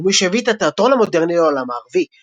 ומי שהביא את התיאטרון המודרני לעולם הערבי.